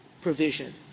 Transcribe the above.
provision